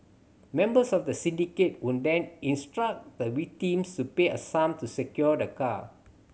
members of the syndicate would then instruct the victims to pay a sum to secure the car